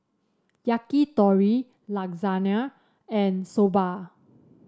Yakitori Lasagne and Soba